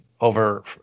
over